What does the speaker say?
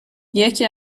یکی